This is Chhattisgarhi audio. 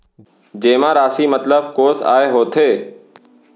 जेमा राशि मतलब कोस आय होथे?